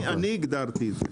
אני הגדרתי את זה.